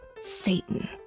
Satan